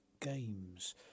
Games